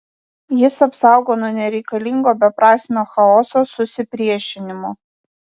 jis apsaugo nuo nereikalingo beprasmio chaoso susipriešinimo